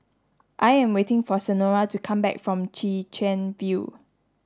I am waiting for Senora to come back from Chwee Chian View